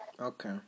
Okay